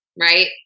right